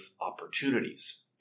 opportunities